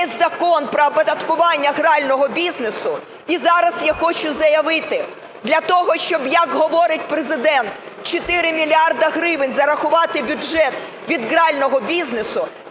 Закон про оподаткування грального бізнесу і зараз я хочу заявити: для того, щоб, як говорить Президент, 4 мільярди гривень зарахувати в бюджет від грального бізнесу,